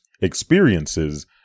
experiences